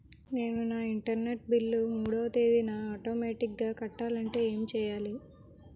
నేను నా internet bill మూడవ తేదీన ఆటోమేటిగ్గా కట్టాలంటే ఏం చేయాలి?